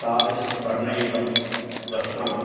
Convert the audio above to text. तादृशं वर्णयुक्तं वस्त्रम्